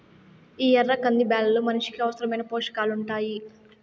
ఈ ఎర్ర కంది బ్యాళ్ళలో మనిషికి అవసరమైన పోషకాలు ఉంటాయి